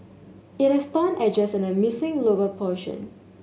it has torn edges and a missing lower portion